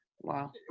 Wow